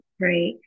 right